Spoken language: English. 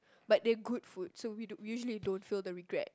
but they're good food so we don't we usually don't feel the regret